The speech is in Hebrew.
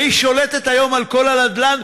והיא שולטת היום על כל הנדל"ן,